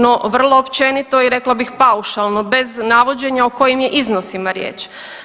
No, vrlo općenito i rekla bih paušalno bez navođenja o kojim je iznosima riječ.